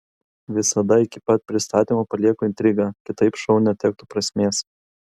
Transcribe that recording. visada iki pat pristatymo palieku intrigą kitaip šou netektų prasmės